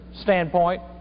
standpoint